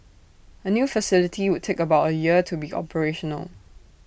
A new facility would take about A year to be operational